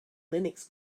linux